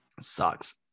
sucks